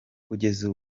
kugeza